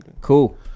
Cool